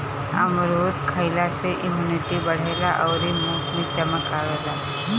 अमरूद खइला से इमुनिटी बढ़ेला अउरी मुंहे पे चमक आवेला